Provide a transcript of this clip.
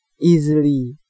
easily